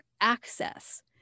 access